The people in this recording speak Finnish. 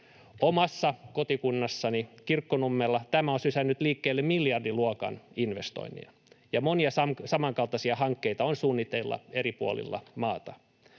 Omassa kotikunnassani Kirkkonummella tämä on sysännyt liikkeelle miljardiluokan investoinnin, ja monia samankaltaisia hankkeita on suunnitteilla eri puolilla maata.